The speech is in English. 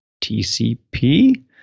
TCP